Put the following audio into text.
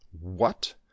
What